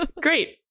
Great